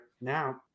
now